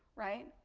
right.